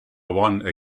one